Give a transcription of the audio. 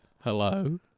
Hello